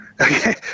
Okay